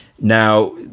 now